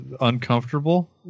uncomfortable